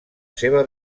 seva